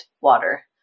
water